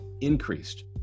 increased